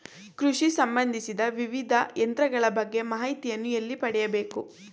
ಕೃಷಿ ಸಂಬಂದಿಸಿದ ವಿವಿಧ ಯಂತ್ರಗಳ ಬಗ್ಗೆ ಮಾಹಿತಿಯನ್ನು ಎಲ್ಲಿ ಪಡೆಯಬೇಕು?